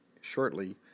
shortly